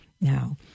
Now